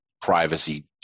privacy